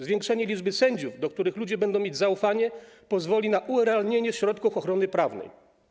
Zwiększenie liczby sędziów, do których ludzie będą mieć zaufanie, pozwoli na urealnienie środków ochrony prawnej.